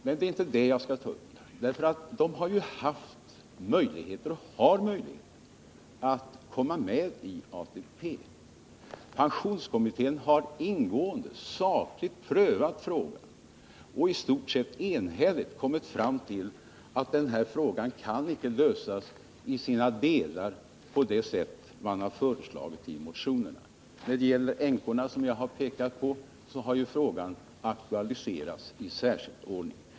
Men det är inte det som jag skall ta upp, för de har ju haft möjlighet att komma medi ATP. Pensionskommittén har ingående sakligt prövat frågan och i stort sett enhälligt kommit fram till att denna fråga inte kan lösas i sina olika delar på det sätt som man föreslagit i motionerna. Frågan om änkors rätt till pensionstillskott har, som jag pekat på, aktualiserats i särskild ordning.